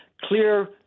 clear